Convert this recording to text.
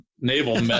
naval